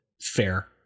fair